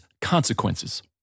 consequences